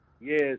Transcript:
Yes